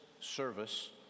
service